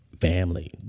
family